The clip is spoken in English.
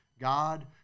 God